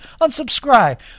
unsubscribe